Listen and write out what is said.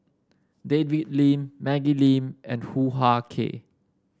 David Lim Maggie Lim and Hoo Ah Kay